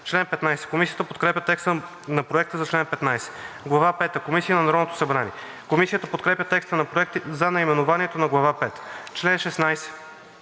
чл. 14. Комисията подкрепя текста на Проекта за чл. 15. Глава пета – „Комисии на Народното събрание“. Комисията подкрепя текста на Проекта за наименованието на Глава пета.